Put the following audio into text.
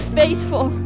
faithful